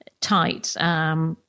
tight